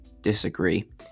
disagree